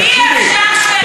אתה משקר, הם מקבלים תשמ"ש.